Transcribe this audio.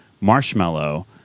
marshmallow